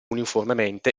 uniformemente